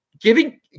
giving